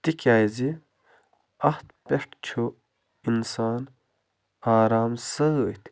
تِکیٛازِ اَتھ پٮ۪ٹھ چھُ اِنسان آرام سۭتۍ